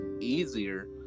easier